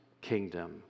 kingdom